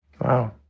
Wow